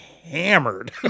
hammered